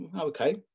Okay